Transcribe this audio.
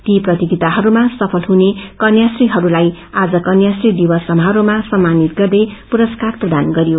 ती प्रतियोगितामा सफल हुने कन्याश्रीहस्लाई आज कन्याश्री दिवस समारोहमा सम्पानित गर्दै पुरस्कार प्रदान गरियो